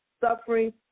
suffering